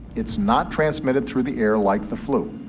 it's not transmitted through the air like the flu.